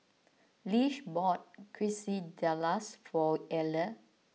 Lish bought Quesadillas for Ela